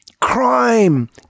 crime